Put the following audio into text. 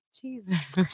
Jesus